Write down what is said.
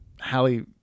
Halle